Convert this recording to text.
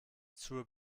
zur